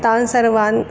तान् सर्वान्